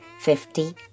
fifty